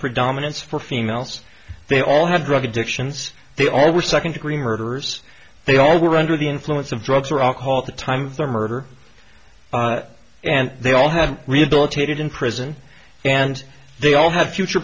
predominance for females they all have drug addictions they all were second degree murders they all were under the influence of drugs or alcohol at the time of the murder and they all have rehabilitated in prison and they all have future